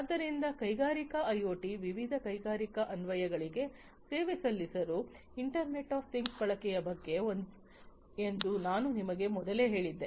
ಆದ್ದರಿಂದ ಕೈಗಾರಿಕಾ ಐಒಟಿ ವಿವಿಧ ಕೈಗಾರಿಕಾ ಅನ್ವಯಿಕೆಗಳಿಗೆ ಸೇವೆ ಸಲ್ಲಿಸಲು ಇಂಟರ್ನೆಟ್ ಆಫ್ ಥಿಂಗ್ಸ್ ಬಳಕೆಯ ಬಗ್ಗೆ ಎಂದು ನಾನು ನಿಮಗೆ ಮೊದಲೇ ಹೇಳಿದ್ದೆ